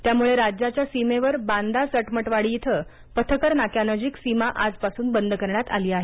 त्यामुळे राज्याच्या सीमेवर बांदा सटमटवाडी इथं पथकर नाक्यानजिक सीमा आजपासून बंद करण्यात आली आहे